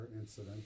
incident